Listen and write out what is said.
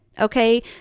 Okay